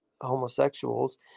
Homosexuals